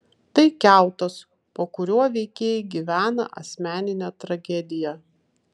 tai kiautas po kuriuo veikėjai gyvena asmeninę tragediją